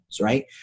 right